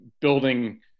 building